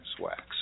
wax